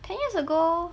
ten years ago